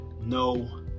No